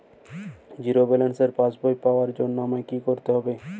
Zero ব্যালেন্সের পাসবই পাওয়ার জন্য আমায় কী করতে হবে?